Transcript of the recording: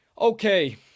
okay